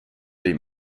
dei